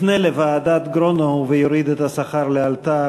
יפנה לוועדת גרונאו ויוריד את השכר לאלתר,